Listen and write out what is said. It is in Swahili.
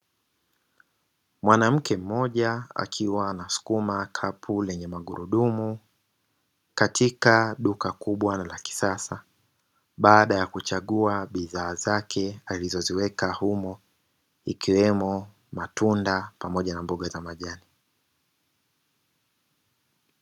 Mwanamke mmoja akiwa anasukuma kapu lenye magurudumu katika duka kubwa la kisasa, baada ya kuchagua bidhaa zake alizoziweka humo ikiwemo matunda pamoja na mboga za majani.